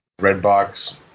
Redbox